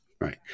Right